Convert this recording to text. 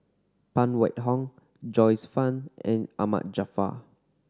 Phan Wait Hong Joyce Fan and Ahmad Jaafar